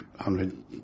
hundred